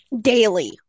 daily –